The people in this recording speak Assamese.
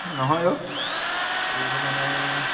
নহয় অঁ এইবোৰ মানে